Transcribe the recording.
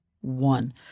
one